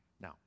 Now